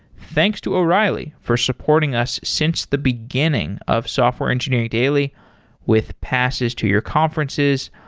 thanks to o'reilly for supporting us since the beginning of software engineering daily with passes to your conferences,